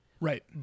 right